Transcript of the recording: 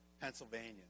Pennsylvania